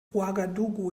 ouagadougou